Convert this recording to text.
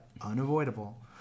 Unavoidable